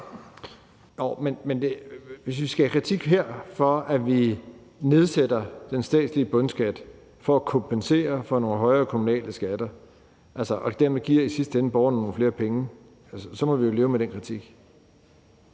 hvis vi skal have kritik her for, at vi nedsætter den statslige bundskat for at kompensere for nogle højere kommunale skatter, og at vi dermed altså i sidste ende giver borgerne nogle flere penge, så må vi jo leve med den kritik.